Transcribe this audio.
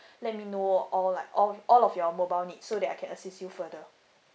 let me know all like all all of your mobile need so that I can assist you further